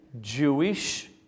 Jewish